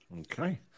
Okay